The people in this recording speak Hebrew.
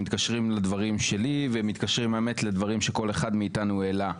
שמתקשרים לדברים שלי ומתקשרים לדברים שכל אחד מאיתנו העלה.